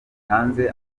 hanze